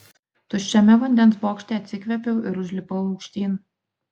tuščiame vandens bokšte atsikvėpiau ir užlipau aukštyn